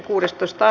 asia